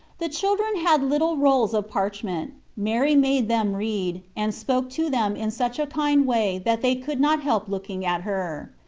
the children had little rolls of parch ment mary made them read, and spoke to them in such a kind way that they could not help looking at her.